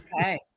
okay